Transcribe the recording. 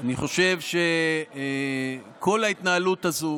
אני חושב שכל ההתנהלות הזו